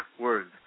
words